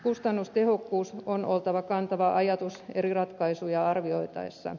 kustannustehokkuuden on oltava kantava ajatus eri ratkaisuja arvioitaessa